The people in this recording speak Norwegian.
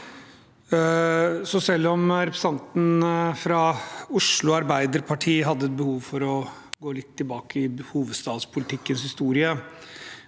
Selv om representanten fra Oslo Arbeiderparti hadde et behov for å gå litt tilbake i hovedstadspolitikkens historie,